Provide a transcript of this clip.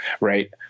Right